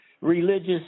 religious